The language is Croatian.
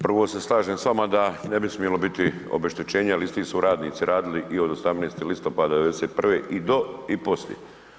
Prvo se slažem s vama da ne bi smjelo biti obeštećenja jer isti su radnici radili i od 8. listopada 1991. i do i poslije.